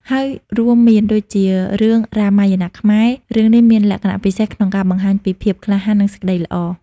ហើយរួមមានដូចជា រឿងរាមាយណៈខ្មែរ រឿងនេះមានលក្ខណៈពិសេសក្នុងការបង្ហាញពីភាពក្លាហាន និងសេចក្ដីល្អ។